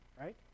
right